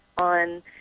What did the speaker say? on